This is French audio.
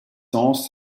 cents